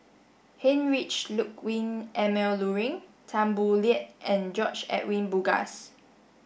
Heinrich Ludwig Emil Luering Tan Boo Liat and George Edwin Bogaars